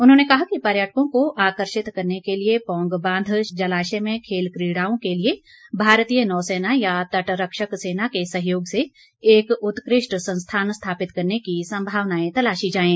उन्होंने कहा पर्यटकों को आकर्षित करने के लिए पौंग बांध जलाशय में खेल क्रीड़ाओं के लिए भारतीय नौसेना या तटरक्षक सेना के सहयोग से एक उत्कृष्ट संस्थान स्थापित करने की संभावनाएं तलाशी जाएं